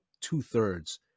two-thirds